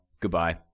goodbye